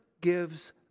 gives